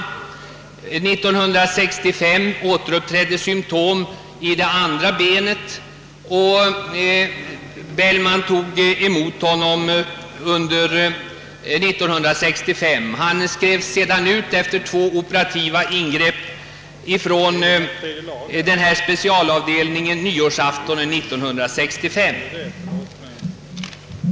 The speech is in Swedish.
1965 uppträdde symtom i det andra benet, och Bellman tog emot honom samma år. Han skrevs sedan ut efter två operativa ingrepp från ifrågavarande specialavdelning på nyårsaftonen 1965.